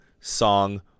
song